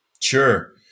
Sure